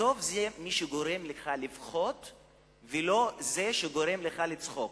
זה מי שגורם לך לבכות, ולא מי שגורם לך לצחוק.